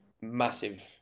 massive